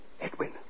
Edwin